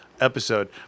episode